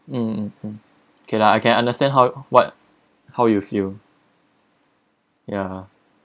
mm mm mm kay lah I can understand how what how you feel ya